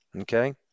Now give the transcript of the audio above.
okay